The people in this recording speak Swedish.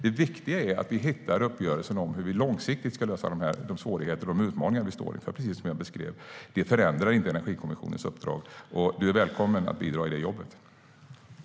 Det viktiga är att vi hittar en uppgörelse om hur vi långsiktigt ska lösa de svårigheter och utmaningar vi står inför, precis som jag beskrev. Det förändrar inte Energikommissionens uppdrag. Cecilie Tenfjord-Toftby är välkommen att bidra i det jobbet.